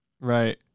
Right